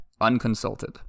unconsulted